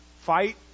Fight